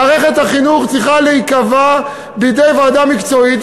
מערכת החינוך צריכה להיקבע בידי ועדה מקצועית,